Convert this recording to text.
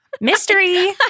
mystery